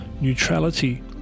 neutrality